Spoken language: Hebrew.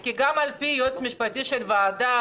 כי גם על פי היועץ המשפטי של הוועדה,